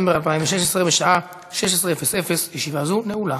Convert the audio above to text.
בקשת הפיצול של ועדת החוץ והביטחון התקבלה.